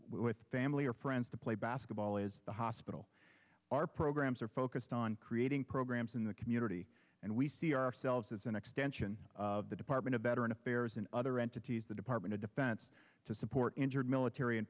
family or friends to play basketball is the hospital our programs are focused on creating programs in the community and we see ourselves as an extension of the department of veteran affairs and other entities the department of defense to support injured military